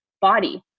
body